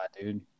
dude